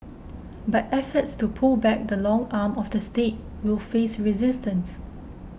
but efforts to pull back the long arm of the State will face resistance